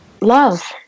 Love